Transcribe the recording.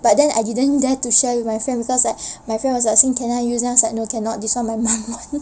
but then I didn't dare to share with my friend because like my friend was like asking can I use then I was like no cannot this one my mum punya